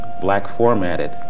black-formatted